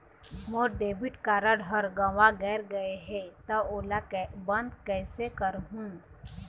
मोर debit card हर गंवा गैर गए हे त ओला बंद कइसे करहूं?